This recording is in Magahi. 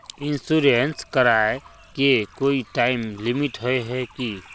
इंश्योरेंस कराए के कोई टाइम लिमिट होय है की?